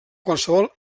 qualsevol